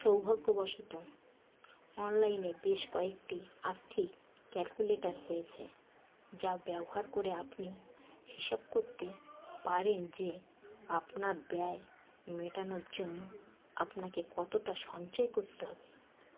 সৌভাগ্যবশত অনলাইনে বেশ কয়েকটি অত্যাধিক ক্যালকুলেটার হয়েছে যা ব্যবহার করে আপনি হিসাব করতে পারেন যে আপনার ব্যয় মেটানোর জন্য আপনাকে কতটা সঞ্চয় করতে হবে